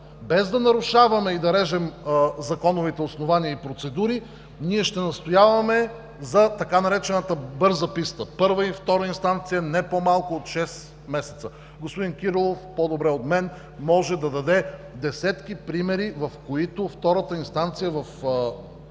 Без да нарушаваме и да режем законовите основания и процедури, ние ще настояваме за така наречената „бърза писта“, първа и втора инстанция, не по-малко от 6 месеца.“ Господин Кирилов по-добре от мен може да даде десетки примери, в които втората инстанция в